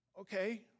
Okay